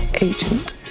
Agent